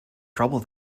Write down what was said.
trouble